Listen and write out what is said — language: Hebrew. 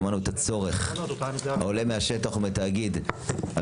שמענו את הצורך העולה מהשטח ומהתאגיד על